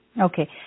Okay